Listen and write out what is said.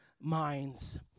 minds